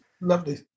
lovely